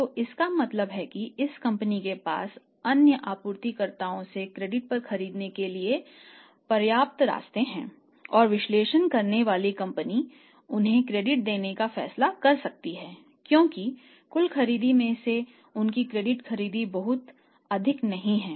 तो इसका मतलब है कि इस कंपनी के पास अन्य आपूर्तिकर्ताओं से क्रेडिट पर खरीदने के लिए पर्याप्त रास्ते है और विश्लेषण करने वाली कंपनी उन्हें क्रेडिट देने का फैसला कर सकती है क्योंकि कुल खरीद में से उनकी क्रेडिट खरीद बहुत अधिक नहीं है